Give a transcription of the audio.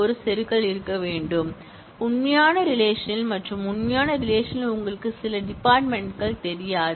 ஒரு செருகல் இருக்க வேண்டும் உண்மையான ரிலேஷன்ல் மற்றும் உண்மையான ரிலேஷன் ல் உங்களுக்கு சில டிபார்ட்மென்ட் கள் தெரியாது